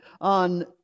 on